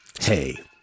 Hey